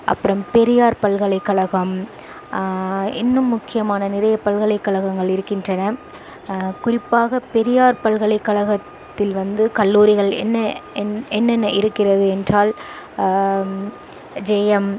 அப்புறம் பெரியார் பல்கலைக்கழகம் இன்னும் முக்கியமான நிறைய பல்கலைக்கழகங்கள் இருக்கின்றன குறிப்பாக பெரியார் பல்கலைக்கழகத்தில் வந்து கல்லூரிகள் என்ன என் என்னென்ன இருக்கிறது என்றால் ஜெயம்